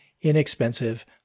inexpensive